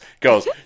Goes